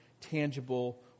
tangible